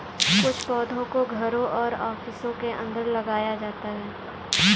कुछ पौधों को घरों और ऑफिसों के अंदर लगाया जाता है